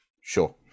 sure